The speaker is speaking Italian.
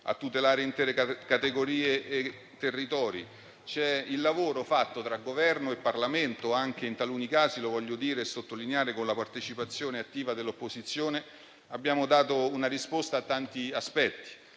a tutelare intere categorie e territori; c'è il lavoro fatto tra Governo e Parlamento, in taluni casi - voglio sottolinearlo - con la partecipazione attiva dell'opposizione, con cui abbiamo dato una risposta a tanti aspetti.